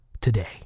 today